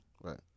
Right